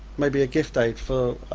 maybe a gift aid for